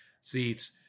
seats